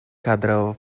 кадрового